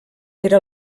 era